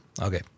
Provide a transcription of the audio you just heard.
okay